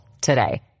today